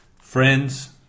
friends